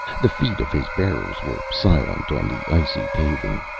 the feet of his bearers were silent on the icy paving.